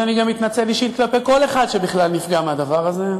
אני מתנצל אישית כלפי כל אחד שבכלל נפגע מהדבר הזה.